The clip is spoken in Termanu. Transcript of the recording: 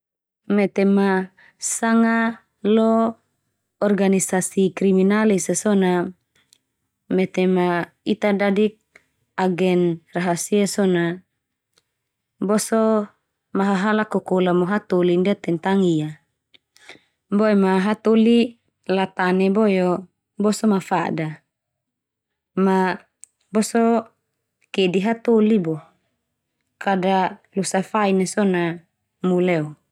Mete ma sanga lo organisasi kriminal esa so na, mete ma ita dadik agen rahasia so na, boso mahahala kokola mo hatoli ndia tentang ia. Boe ma hatoli latane boe o boso mafada. Ma boso kedi hatoli bo, kada losa fain na so na mu leo.